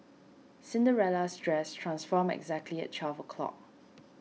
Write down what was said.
Cinderella's dress transformed exactly at twelve o'clock